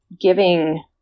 giving